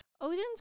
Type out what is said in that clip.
Odin's